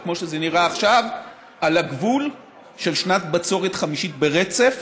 אבל כמו שזה נראה עכשיו אנחנו על הגבול של שנת בצורת חמישית ברצף,